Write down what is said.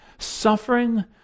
suffering